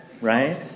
right